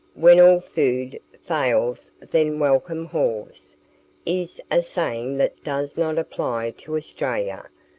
when all food fails then welcome haws is a saying that does not apply to australia,